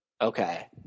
Okay